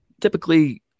typically